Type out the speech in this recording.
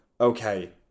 okay